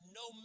no